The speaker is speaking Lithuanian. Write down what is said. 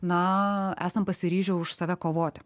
na esam pasiryžę už save kovoti